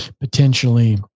potentially